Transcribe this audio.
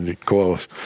close